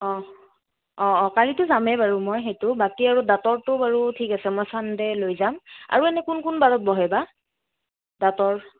অ' অ' অ' কালিটো যামেই বাৰু মই সেইটো বাকী আৰু দাঁতৰটো বাৰু ঠিক আছে মই ছানডে' লৈ যাম আৰু এনে কোন কোন বাৰত বহে বা দাঁতৰ